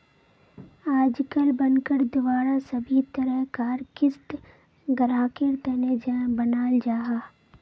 आजकल बनकर द्वारा सभी तरह कार क़िस्त ग्राहकेर तने बनाल जाहा